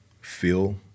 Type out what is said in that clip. feel